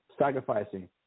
Sacrificing